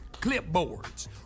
clipboards